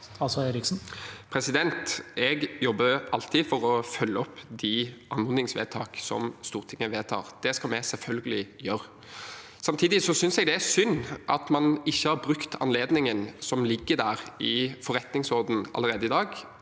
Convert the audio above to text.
Eriksen Jeg jobber alltid for å følge opp de anmodningsvedtak som Stortinget vedtar. Det skal vi selvfølgelig gjøre. Samtidig synes jeg det er synd at man ikke har brukt anledningen som ligger i forretningsordenen allerede i dag,